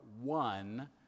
one